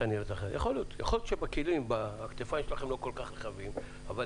יכול להיות שהכתפיים שלכם לא כל כך רחבות, אבל